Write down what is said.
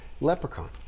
Leprechaun